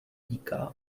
týká